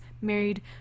married